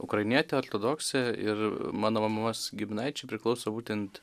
ukrainietė ortodoksė ir mano mamos giminaičiai priklauso būtent